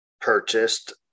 purchased